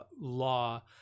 law